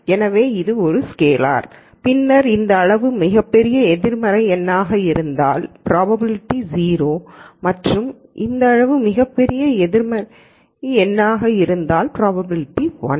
எனவே இது ஒரு ஸ்கேலார் பின்னர் இந்த அளவு மிகப் பெரிய எதிர்மறை எண்ணாக இருந்தால் ப்ராபபிலிட்டி 0 மற்றும் இந்த அளவு மிகப் பெரிய நேர்மறை எண்ணாக இருந்தால் ப்ராபபிலிட்டி 1